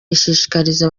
ishishikariza